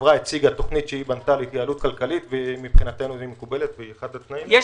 החברה הציגה תוכנית שהיא בנתה להתייעלות כלכלית והיא מקובלת מבחינתנו.